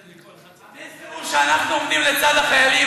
המסר הוא שאנחנו עומדים לצד החיילים,